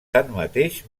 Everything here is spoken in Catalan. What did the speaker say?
tanmateix